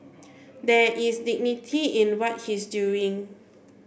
there is dignity in what he's doing